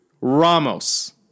Ramos